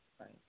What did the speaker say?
Right